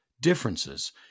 differences